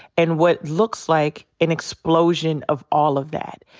and what looks like an explosion of all of that.